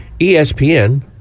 ESPN